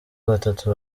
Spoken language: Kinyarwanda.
batatu